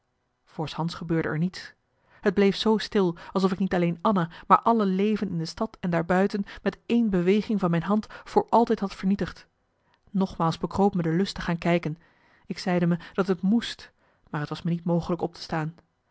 voorshands gebeurde er niets t bleef zoo stil alsof ik niet alleen anna maar alle leven in de stad en daarbuiten met één beweging van mijn hand voor altijd had vernietigd nogmaals bekroop me de lust te gaan kijken ik zeide me dat het moest maar t was me niet mogelijk op te staan